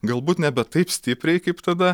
galbūt nebe taip stipriai kaip tada